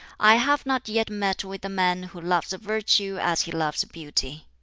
i have not yet met with the man who loves virtue as he loves beauty.